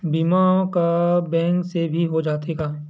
बीमा का बैंक से भी हो जाथे का?